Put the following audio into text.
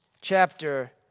chapter